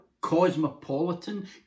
cosmopolitan